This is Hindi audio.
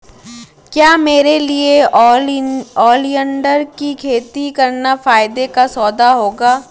क्या मेरे लिए ओलियंडर की खेती करना फायदे का सौदा होगा?